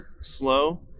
slow